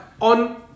on